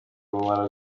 ubumara